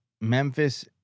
Memphis